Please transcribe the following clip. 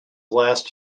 last